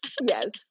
yes